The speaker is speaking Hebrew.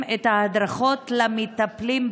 יעקב אשר (יהדות התורה): מה עם זכויות המיעוטים?